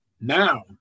now